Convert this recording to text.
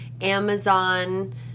Amazon